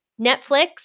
Netflix